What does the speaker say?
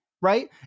Right